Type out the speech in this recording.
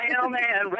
mailman